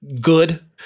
good